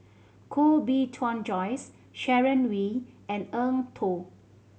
Koh Bee Tuan Joyce Sharon Wee and Eng Tow